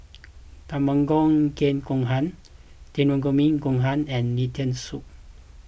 Tamago Kake Gohan Takikomi Gohan and Lentil Soup